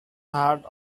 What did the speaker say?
heart